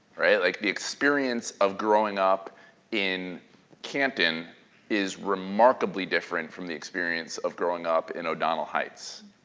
right? like the experience of growing up in canton is remarkably different from the experience of growing up in o'donnell heights.